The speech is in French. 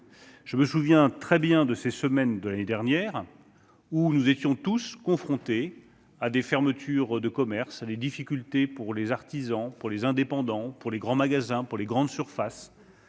Je me souviens très bien de ces semaines de l'année dernière, où nous étions tous confrontés à des fermetures de commerces et aux difficultés des artisans, des indépendants, des grands magasins, des grandes surfaces,